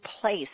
place